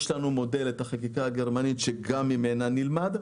יש לנו מודל, החקיקה הגרמנית, וגם ממנה נלמד.